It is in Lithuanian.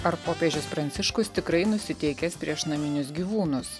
ar popiežius pranciškus tikrai nusiteikęs prieš naminius gyvūnus